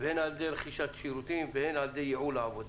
הן על ידי רכישת שירותים והן על ידי ייעול העבודה.